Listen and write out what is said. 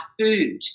food